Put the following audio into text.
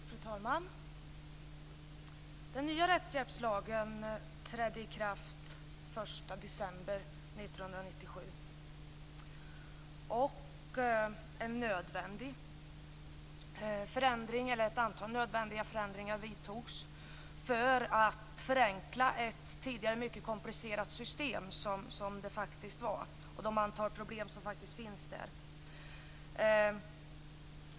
Fru talman! Den nya rättshjälpslagen trädde i kraft den 1 december 1997. Ett antal nödvändiga förändringar vidtogs för att förenkla ett tidigare mycket komplicerat system - som det faktiskt var fråga om - med ett antal problem som faktiskt fanns där.